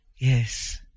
Yes